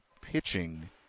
pitching